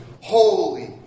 holy